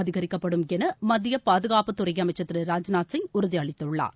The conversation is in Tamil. அதிகரிக்கப்படும் என மத்திய பாதுகாப்புத்துறை அமைச்சர் திரு ராஜ்நாத்சிங் உறுதி அளித்துள்ளார்